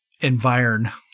environment